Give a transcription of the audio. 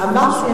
אמרתי,